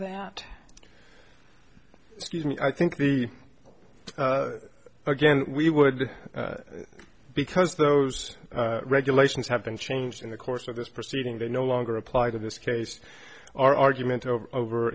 me i think the again we would because those regulations have been changed in the course of this proceeding they no longer apply to this case our argument over over